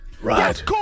right